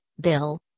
Bill